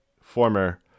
former